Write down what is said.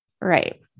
Right